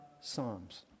Psalms